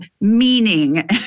meaning